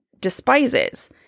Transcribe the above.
despises